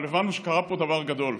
אבל הבנו שקרה פה דבר גדול.